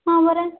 ହଁ ପରା